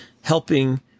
helping